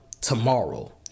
tomorrow